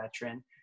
veteran